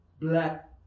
Black